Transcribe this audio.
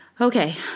Okay